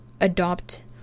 adopt